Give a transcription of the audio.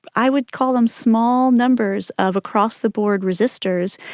i would call them small numbers of across-the-board resistors,